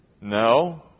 No